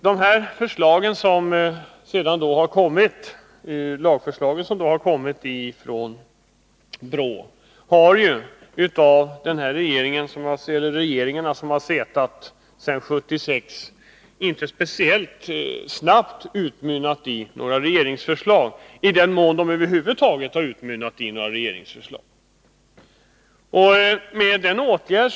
De lagförslag som BRÅ har presenterat har emellertid inte lett fram till att de olika regeringar vi haft sedan 1976 har ansträngt sig för att snabbt lägga fram förslag — i den mån de lagt fram några förslag över huvud taget.